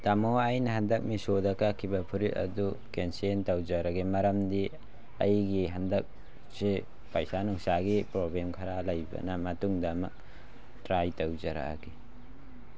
ꯇꯥꯃꯣ ꯑꯩꯅ ꯍꯟꯗꯛ ꯃꯤꯁꯣꯗ ꯀꯛꯈꯤꯕ ꯐꯨꯔꯤꯠ ꯑꯗꯨ ꯀꯦꯟꯁꯦꯟ ꯇꯧꯖꯔꯒꯦ ꯃꯔꯝꯗꯤ ꯑꯩꯒꯤ ꯍꯟꯗꯛꯁꯦ ꯄꯩꯁꯥ ꯅꯨꯡꯁꯥꯒꯤ ꯄ꯭ꯔꯣꯕ꯭ꯂꯦꯝ ꯈꯔ ꯂꯩꯕꯅ ꯃꯇꯨꯡꯗ ꯑꯃ ꯇ꯭ꯔꯥꯏ ꯇꯧꯖꯔꯛꯑꯒꯦ